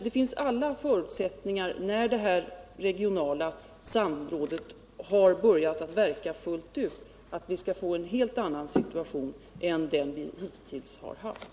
Det finns dock alla förutsättningar för att vi — när det regionala samrådet har börjat verka fullt ut — skall få en helt annan situation än den vi hittills har haft.